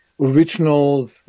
Original